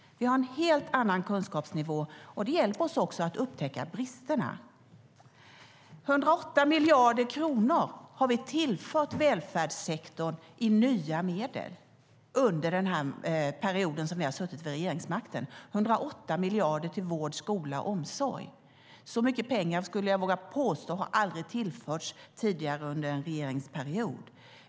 Vi har en helt annan kunskapsnivå nu. Det hjälper oss också att upptäcka bristerna. Vi har tillfört välfärdssektorn 108 miljarder kronor i nya medel under den period då vi har suttit vid regeringsmakten - 108 miljarder till vård, skola och omsorg. Så mycket pengar skulle jag våga påstå aldrig tidigare har tillförts under en regeringsperiod.